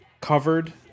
covered